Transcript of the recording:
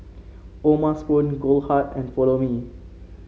O'ma Spoon Goldheart and Follow Me